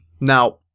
Now